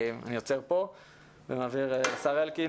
אני עוצר פה ומעביר את רשות הדיבור לשר אלקין,